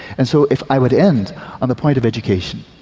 and so if i would end on the point of education,